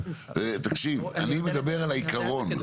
אני מדבר על העיקרון.